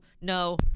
no